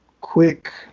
quick